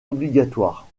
obligatoire